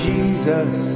Jesus